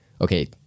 Okay